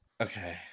okay